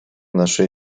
нашей